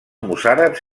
mossàrabs